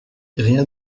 rien